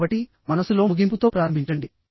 కాబట్టి మనస్సులో ముగింపుతో ప్రారంభించండి